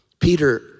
Peter